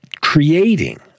creating